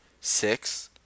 six